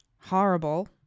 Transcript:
Horrible